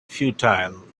futile